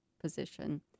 position